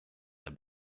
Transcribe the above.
der